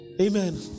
Amen